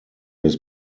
his